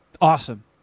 Awesome